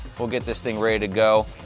we'll get this thing ready to go.